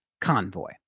Convoy